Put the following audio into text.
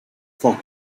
for